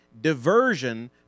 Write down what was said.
Diversion